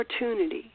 opportunity